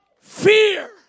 Fear